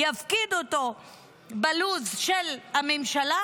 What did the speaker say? אמור להפקיד אותו בלו"ז של הממשלה,